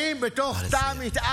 האם אפשר לצלם אם בתוך תא הנהג,